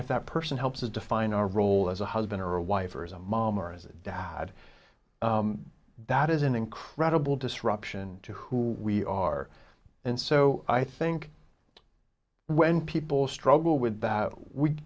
if that person helps us define our role as a husband or a wife or as a mom or as a dad that is an incredible disruption to who we are and so i think when people struggle with that we